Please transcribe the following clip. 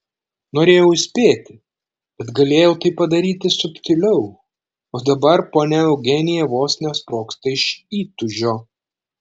norėjau įspėti bet galėjau tai padaryti subtiliau o dabar ponia eugenija vos nesprogsta iš įtūžio